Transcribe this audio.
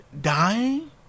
dying